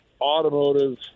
automotive